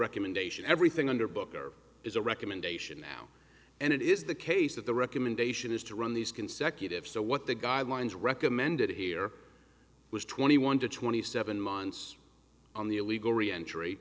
recommendation everything under booker is a recommendation now and it is the case that the recommendation is to run these consecutive so what the guidelines recommended here was twenty one to twenty seven months on the illegal re